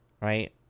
right